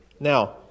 Now